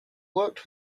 worked